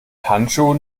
handschuhen